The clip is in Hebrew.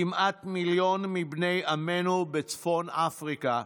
כמעט מיליון מבני עמנו בצפון אפריקה,